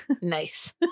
nice